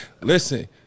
Listen